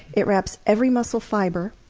it wraps every muscle fibre,